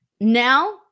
Now